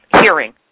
hearing